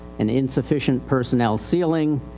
an insufficient personnel ceiling,